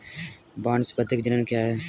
वानस्पतिक जनन क्या होता है?